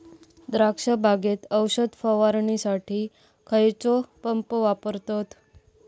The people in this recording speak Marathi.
द्राक्ष बागेत औषध फवारणीसाठी खैयचो पंप वापरतत?